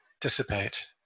dissipate